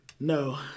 No